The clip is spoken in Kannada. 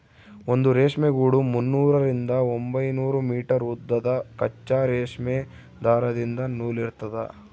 ಒಂದು ರೇಷ್ಮೆ ಗೂಡು ಮುನ್ನೂರರಿಂದ ಒಂಬೈನೂರು ಮೀಟರ್ ಉದ್ದದ ಕಚ್ಚಾ ರೇಷ್ಮೆ ದಾರದಿಂದ ನೂಲಿರ್ತದ